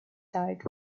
died